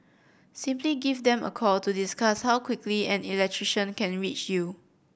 simply give them a call to discuss how quickly an electrician can reach you